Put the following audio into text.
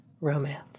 Romance